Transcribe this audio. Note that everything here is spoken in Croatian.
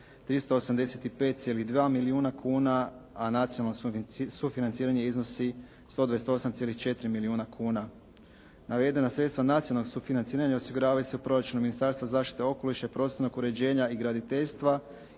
385,2 milijuna kuna, a nacionalno sufinanciranje iznosi 128,4 milijuna kuna. Navedena sredstva nacionalnog sufinanciranja osiguravanju se proračunom Ministarstva zaštite okoliša i prostornog uređenja i graditeljstva